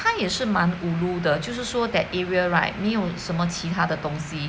他也是蛮 ulu 的就是说 that area right 没有什么其他的东西